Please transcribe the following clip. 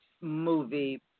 movie